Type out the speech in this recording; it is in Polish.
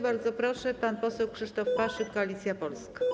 Bardzo proszę, pan poseł Krzysztof Paszyk, Koalicja Polska.